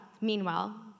meanwhile